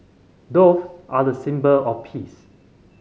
doves are the symbol of peace